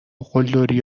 قلدری